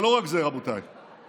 ולא רק זה, רבותיי וגבירותיי.